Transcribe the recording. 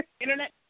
Internet